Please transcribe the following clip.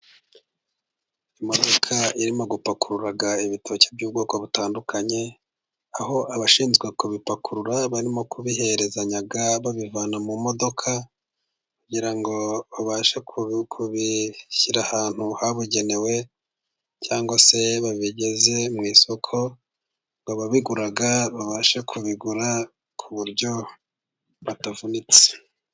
imodoka irimo gupakurura ibitoki by'ubwoko butandukanye, aho abashinzwe kubipakurura barimo kubiherezanya babivana mu modoka, kugira ngo babashe kubishyira ahantu habugenewe cyangwa se babigeze mu isoko, ngo ababigura babashe kubigura ku buryo batavunitse.